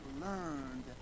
learned